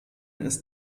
ist